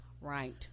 right